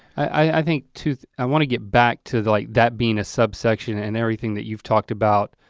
i think too, i wanna get back to like that being a subsection and everything that you've talked about